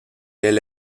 elle